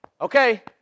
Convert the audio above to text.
okay